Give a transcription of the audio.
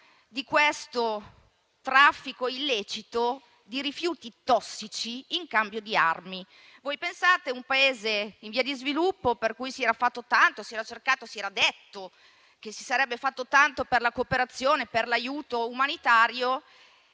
sul traffico illecito di rifiuti tossici in cambio di armi. Si trattava di un Paese in via di sviluppo per cui si era fatto tanto o meglio si era cercato e si era detto che si sarebbe fatto tanto per la cooperazione e per l'aiuto umanitario.